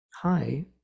Hi